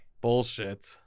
Bullshit